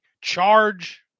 Charge